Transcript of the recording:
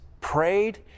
prayed